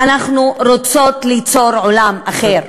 אנחנו רוצות ליצור עולם אחר.